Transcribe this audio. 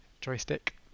joystick